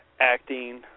acting